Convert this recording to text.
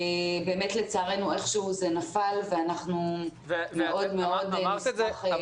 לצערנו איכשהו זה נפל ואנחנו מאוד נשמח להחזיר אותו.